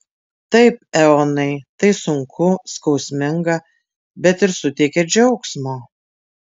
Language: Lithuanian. taip eonai tai sunku skausminga bet ir suteikia džiaugsmo